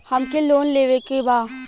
हमके लोन लेवे के बा?